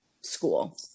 school